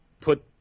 put